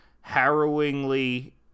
harrowingly